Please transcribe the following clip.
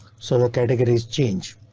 so categories change.